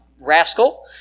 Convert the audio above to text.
Rascal